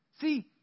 see